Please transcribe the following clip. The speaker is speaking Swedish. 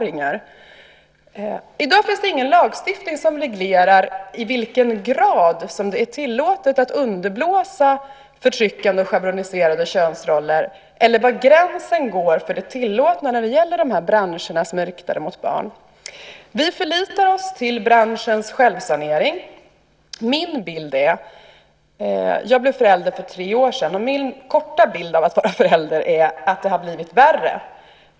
I dag finns det ingen lagstiftning som reglerar i vilken grad det är tillåtet att underblåsa förtryckande och schabloniserande könsroller eller var gränsen går för det tillåtna i de branscher som är riktade mot barn. Vi förlitar oss till branschens självsanering. Jag blev förälder för tre år sedan. Min bild under den korta tiden av att vara förälder är att det har blivit värre.